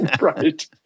Right